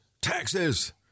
taxes